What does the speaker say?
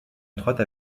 étroite